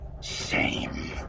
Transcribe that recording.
Shame